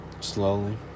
slowly